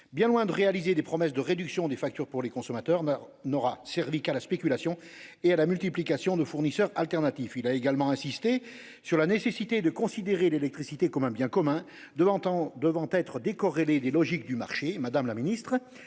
bien loin de réaliser ses promesses de réduction des factures des consommateurs, n'aura servi qu'à la spéculation et à la multiplication de fournisseurs alternatifs. Il a également insisté sur la nécessité de considérer l'électricité comme un bien commun devant être décorrélé des logiques du marché. Madame la ministre,